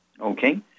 Okay